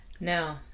No